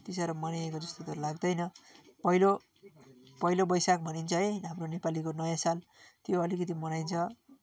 त्यति साह्रो मनाएको जस्तो त लाग्दैन पहिलो पहिलो बैशाख भनिन्छ है हाम्रो नेपालीको नयाँ साल त्यो अलिकति मनाइन्छ